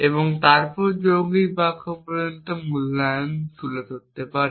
এবং তারপরে আমরা যৌগিক বাক্য পর্যন্ত মূল্যায়ন তুলতে পারি